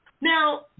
Now